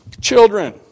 children